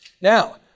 Now